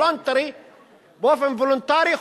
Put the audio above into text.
באופן וולונטרי,